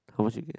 how much you get